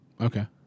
Okay